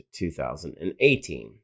2018